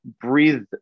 breathe